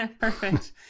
Perfect